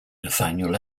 nathaniel